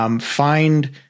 Find